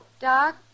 Doc